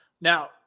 Now